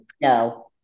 No